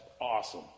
awesome